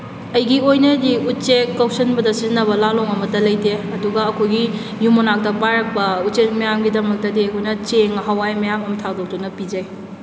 ꯑꯩꯒꯤ ꯑꯣꯏꯅꯗꯤ ꯎꯆꯦꯛ ꯀꯧꯁꯤꯟꯕꯗ ꯁꯤꯖꯤꯟꯅꯕ ꯂꯥꯂꯣꯡ ꯑꯃꯠꯇ ꯂꯩꯇꯦ ꯑꯗꯨꯒ ꯑꯩꯈꯣꯏꯒꯤ ꯌꯨꯝ ꯃꯅꯥꯛꯇ ꯄꯥꯏꯔꯛꯄ ꯎꯆꯦꯛ ꯃꯌꯥꯝꯒꯤꯗꯃꯛꯇꯗꯤ ꯑꯩꯈꯣꯏꯅ ꯆꯦꯡ ꯍꯋꯥꯏ ꯃꯌꯥꯝ ꯑꯃ ꯊꯥꯗꯣꯛꯇꯨꯅ ꯄꯤꯖꯩ